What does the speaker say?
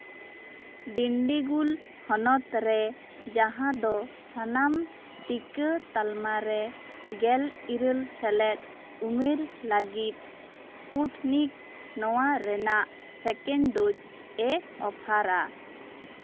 ᱰᱮᱱᱰᱤᱜᱩᱞ ᱦᱚᱱᱚᱛ ᱨᱮ ᱡᱟᱦᱟᱸ ᱫᱚ ᱥᱟᱱᱟᱢ ᱴᱤᱠᱟᱹ ᱛᱟᱞᱢᱟ ᱨᱮ ᱜᱮᱞ ᱤᱨᱟᱹᱞ ᱥᱮᱞᱮᱫ ᱩᱢᱮᱨ ᱞᱟᱹᱜᱤᱫ ᱥᱯᱩᱴᱱᱤᱠ ᱱᱚᱶᱟ ᱨᱮᱱᱟᱜ ᱥᱮᱠᱮᱱᱰ ᱰᱳᱡ ᱮ ᱚᱯᱷᱟᱨᱟ